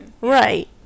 right